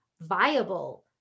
viable